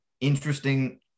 interesting